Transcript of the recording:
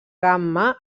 gamma